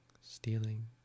stealing